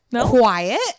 quiet